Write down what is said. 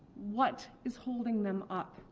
what is holding them up